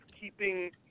keeping